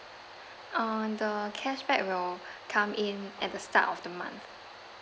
uh the cashback will come in at the start of the month